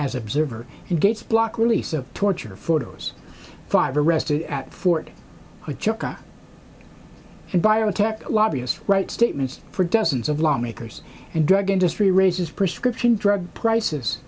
as observer and gets block release of torture photos five arrested at fort hood joker and biotech lobbyist right statements for dozens of lawmakers and drug industry raises prescription drug prices